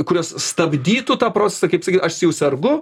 kurios stabdytų tą procesą kaip sakyt aš jau sergu